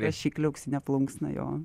rašiklį auksine plunksna jo